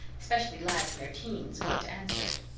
especially lads in their teens, want to answer it.